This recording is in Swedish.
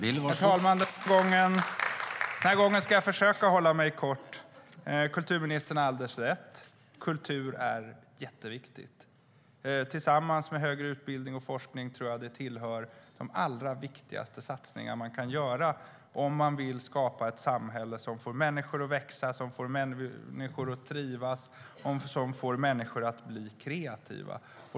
Herr talman! Den här gången ska jag försöka hålla mig kort. Kulturministern har alldeles rätt; kultur är jätteviktigt. Tillsammans med högre utbildning och forskning tillhör kulturen de allra viktigaste satsningar vi kan göra om vi vill skapa ett samhälle som får människor att växa, som får människor att trivas och som får människor att bli kreativa.